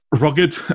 rugged